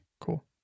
Cool